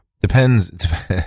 Depends